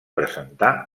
presentar